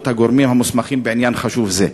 של הגורמים המוסמכים בעניין חשוב זה.